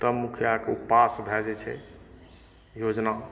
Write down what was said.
तब मुखिया के ओ पास भए जाइ छै योजना